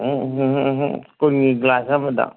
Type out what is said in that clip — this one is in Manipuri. ꯀꯨꯟꯒꯤ ꯒ꯭ꯂꯥꯁ ꯑꯃꯗ